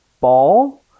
ball